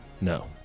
No